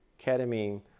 ketamine